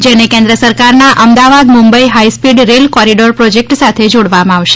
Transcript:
જેને કેન્દ્ર સરકારનાં Ahmedabad Mumbai high speed rail corridor project સાથે જોડવામાં આવશે